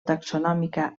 taxonòmica